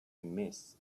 miss